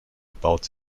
about